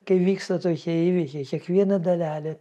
kai vyksta tokie įvykiai kiekviena dalelė